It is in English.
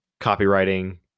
copywriting